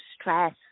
stress